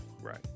Right